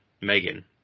Megan